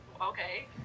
okay